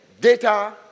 Data